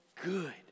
good